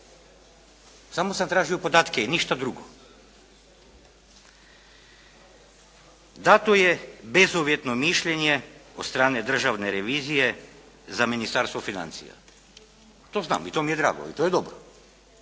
Samo sam tražio podatke i ništa drugo. Dano je bezuvjetno mišljenje od strane državne revizije za Ministarstvo financija, to znam, i to mi je drago i to je dobro.